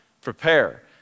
prepare